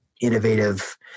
innovative